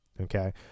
Okay